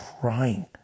crying